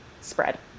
spread